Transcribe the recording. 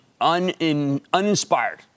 uninspired